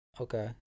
Okay